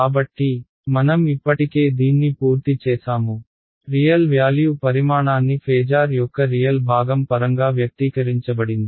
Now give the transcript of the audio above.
కాబట్టి మనం ఇప్పటికే దీన్ని పూర్తి చేసాము రియల్ వ్యాల్యూ పరిమాణాన్ని ఫేజార్ యొక్క రియల్ భాగం పరంగా వ్యక్తీకరించబడింది